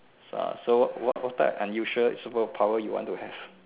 so so what what type of unusual super power you want to have